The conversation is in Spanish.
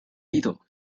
ido